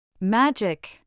Magic